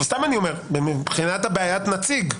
מבחינת "בעיית הנציג"